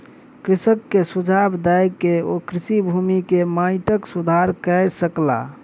कृषक के सुझाव दय के ओ कृषि भूमि के माइटक सुधार कय सकला